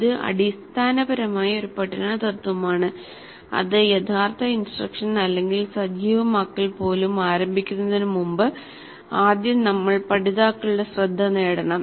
ഇത് അടിസ്ഥാനപരമായി ഒരു പഠന തത്വമാണ് അത് യഥാർത്ഥ ഇൻസ്ട്രക്ഷൻ അല്ലെങ്കിൽ സജീവമാക്കൽ പോലും ആരംഭിക്കുന്നതിനുമുമ്പ് ആദ്യം നമ്മൾ പഠിതാക്കളുടെ ശ്രദ്ധ നേടണം